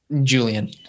Julian